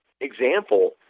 example